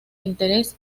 interés